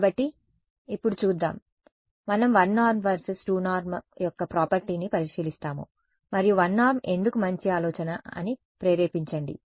కాబట్టి ఇప్పుడు చూద్దాం కాబట్టి మనం 1 నార్మ్ vs 2 నార్మ్ యొక్క ప్రాపర్టీని పరిశీలిస్తాము మరియు 1 నార్మ్ ఎందుకు మంచి ఆలోచన అని ప్రేరేపించండి